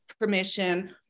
permission